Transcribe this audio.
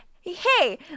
Hey